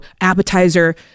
appetizer